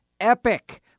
epic